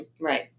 right